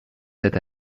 cette